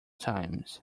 times